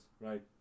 right